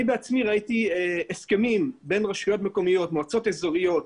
אני בעצמי ראיתי הסכמים בין רשויות מקומיות לחברות